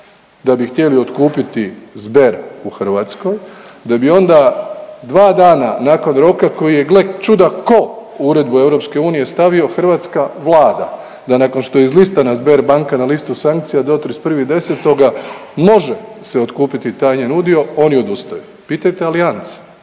da bi htjeli otkupiti Sber u Hrvatskoj, da bi onda dva dana nakon roka koji je gle čuda ko u uredbu EU stavio hrvatska vlada da nakon što izlistana Sberbanka na listu sankcija do 31.10. može se otkupiti taj njen udio, oni odustaju. Pitajte Allianz,